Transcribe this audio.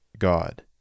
God